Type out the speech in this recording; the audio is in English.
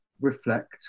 reflect